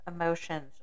emotions